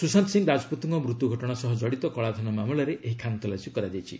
ସୁଶାନ୍ତ ସିଂ ରାଜପୁତଙ୍କ ମୃତ୍ୟୁ ଘଟଣା ସହ କଡ଼ିତ କଳାଧନ ମାମଲାରେ ଏହି ଖାନତଲାସି କରାଯାଇଛି